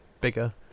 bigger